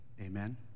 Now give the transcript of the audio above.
amen